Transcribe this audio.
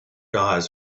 eyes